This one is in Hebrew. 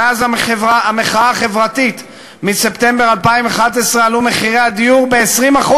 מאז המחאה החברתית מספטמבר 2011 עלו מחירי הדיור ב-20%.